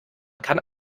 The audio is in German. kann